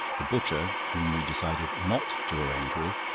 the butcher, whom we decided not to arrange with,